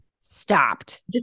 stopped